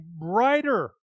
brighter